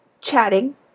chatting